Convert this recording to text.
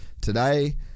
Today